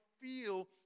feel